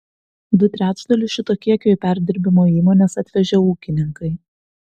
du trečdalius šito kiekio į perdirbimo įmones atvežė ūkininkai